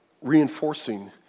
reinforcing